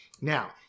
Now